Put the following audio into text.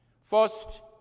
First